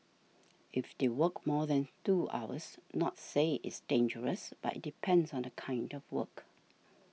if they work more than two hours not say it's dangerous but it depends on the kind of work